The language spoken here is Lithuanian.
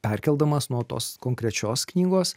perkeldamas nuo tos konkrečios knygos